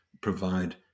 provide